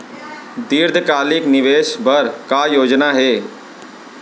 दीर्घकालिक निवेश बर का योजना हे?